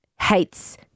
hates